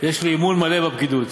יש לי אמון מלא בפקידות.